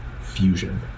Fusion